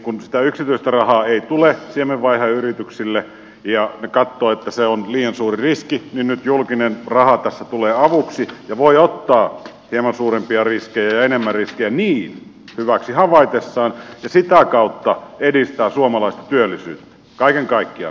kun sitä yksityistä rahaa ei tule siemenvaiheyrityksille ja ne katsovat että se on liian suuri riski niin nyt julkinen raha tässä tulee avuksi jolloin voi ottaa hieman suurempia riskejä ja enemmän riskejä niin hyväksi havaitessaan ja sitä kautta se edistää suomalaista työllisyyttä kaiken kaikkiaan